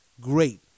great